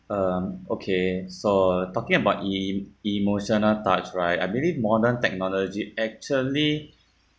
um okay so talking about e~ emotional ties right I believe modern technology actually